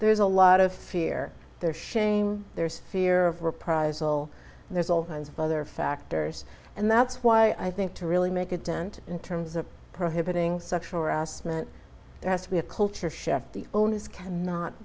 there's a lot of fear there shame there's fear of reprisal there's all kinds of other factors and that's why i think to really make a dent in terms of prohibiting sexual harassment there has to be a culture shift the onus can not